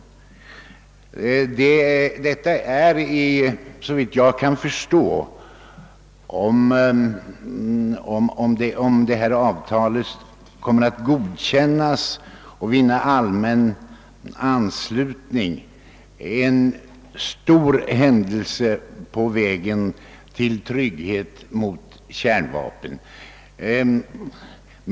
Om detta avtal kommer att vinna allmän anslutning innebär det, såvitt jag förstår, en stor händelse i arbetet på trygghet mot kärnvapen.